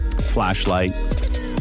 flashlight